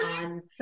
on